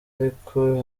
ariko